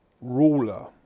ruler